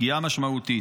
פגיעה משמעותית,